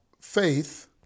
faith